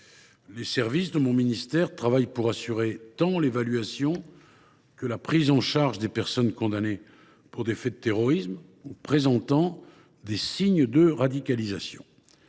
Mes services travaillent pour assurer l’évaluation et la prise en charge des personnes condamnées pour des faits de terrorisme ou présentant des signes de radicalisation.